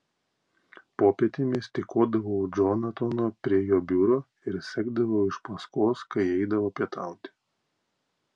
popietėmis tykodavau džonatano prie jo biuro ir sekdavau iš paskos kai eidavo pietauti